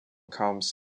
comes